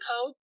code